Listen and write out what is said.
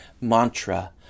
mantra